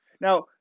Now